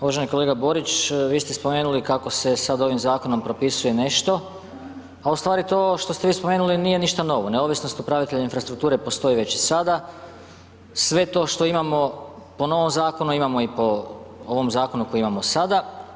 Uvaženi kolega Borić vi ste spomenuli kako se sad ovim zakonom propisuje nešto a ustvari to što ste vi spomenuli nije ništa novo, neovisnost upravitelja infrastrukture postoji već i sada, sve to što imamo po novom zakonu imamo i po ovom zakonu koji imamo sada.